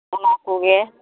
ᱚᱱᱟ ᱠᱚᱜᱮ